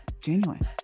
genuine